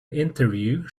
interview